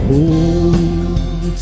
Hold